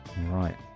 Right